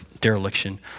dereliction